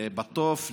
לאל-בטוף,